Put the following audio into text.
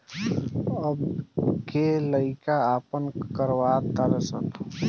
अब के लइका आपन करवा तारे सन